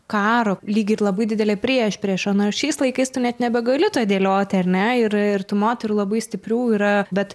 karo lyg ir labai didelė priešprieša nors šiais laikais tu net nebegali to dėlioti ar ne yra ir tų moterų labai stiprių yra bet